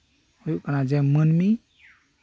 ᱦᱩᱭᱩᱜ ᱠᱟᱱᱟ ᱡᱮ ᱢᱟᱹᱱᱢᱤ